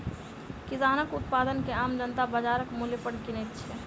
किसानक उत्पाद के आम जनता बाजारक मूल्य पर किनैत छै